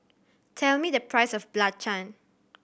tell me the price of Belacan